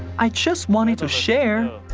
i just wanted to share.